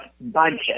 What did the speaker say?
budget